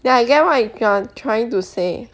ya I get what you are trying to say